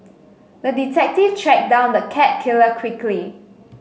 the detective tracked down the cat killer quickly